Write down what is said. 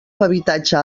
habitatge